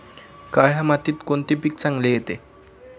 काळ्या मातीत कोणते पीक चांगले येते?